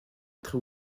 être